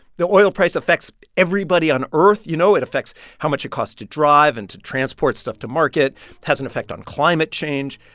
the oil price affects everybody on earth. you know, it affects how much it costs to drive and to transport stuff to market. it has an effect on climate change.